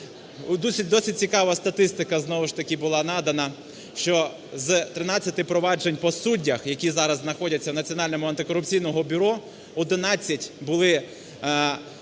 Досить цікава статистика, знову ж таки, була надана, що з 13 проваджень по суддях, які зараз знаходяться в Національного антикорупційного бюро, 11 були зафіксовані